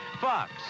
Fox